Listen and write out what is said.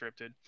scripted